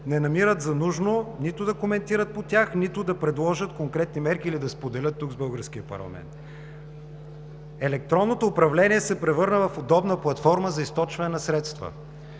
не намират за нужно нито да коментират по тях, нито да предложат конкретни мерки или да споделят тук с българския парламент. Електронното управление се превърна в удобна платформа, за източване на средства